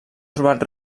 trobat